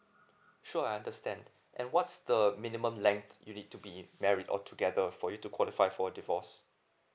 sure I understand and what's the minimum length you need to be married or together for you to qualify for divorce